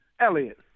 Elliot